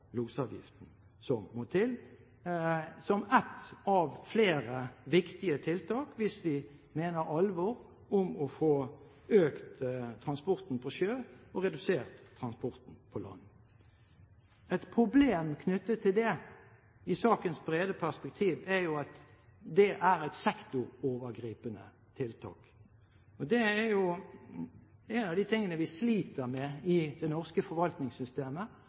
må til som ett av flere viktige tiltak hvis vi mener alvor med å få økt transporten på sjø og redusert transporten på land. Et problem knyttet til det i sakens brede perspektiv er at det er et sektorovergripende tiltak. Det er jo en av de tingene vi sliter med i det norske forvaltningssystemet,